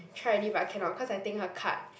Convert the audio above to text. try already but cannot cause I think her card